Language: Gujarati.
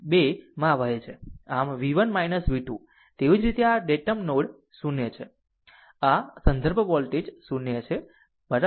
આમ v 1 v 2 તેવી જ રીતે આ ડેટમ નોડ o છે આ સંદર્ભ વોલ્ટેજ 0 છે બરાબર